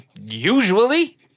Usually